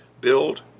build